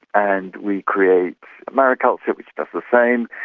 and we create mariculture which does the same,